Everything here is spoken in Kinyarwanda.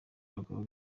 abagabo